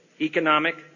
economic